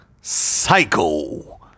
Psycho